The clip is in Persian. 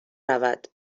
رود